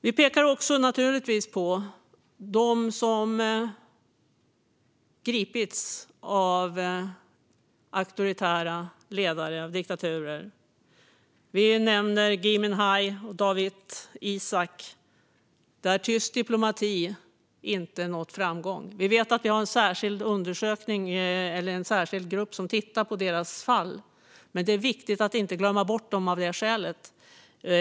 Vi pekar naturligtvis också på dem som har gripits av auktoritära ledare och diktaturer. Vi nämner Gui Minhai och Dawit Isaak, där tyst diplomati inte har nått framgång. Vi vet att det finns en särskild grupp som tittar på deras fall, men det är viktigt att inte glömma bort dem av det skälet.